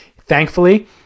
Thankfully